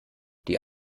die